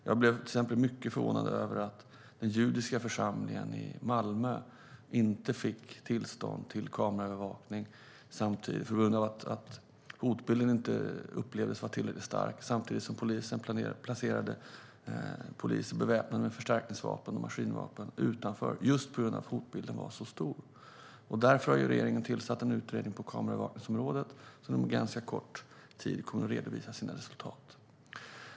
Jag blev till exempel mycket förvånad över att den judiska församlingen i Malmö inte fick tillstånd till kameraövervakning på grund av att hotbilden inte upplevdes vara tillräckligt stark, samtidigt som polisen placerade poliser beväpnade med förstärkningsvapen och maskinvapen just på grund av att hotbilden var så stor. Därför har regeringen tillsatt en utredning på kameraövervakningsområdet som inom ganska kort tid kommer att redovisa sina resultat.